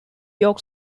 york